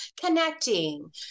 connecting